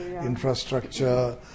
infrastructure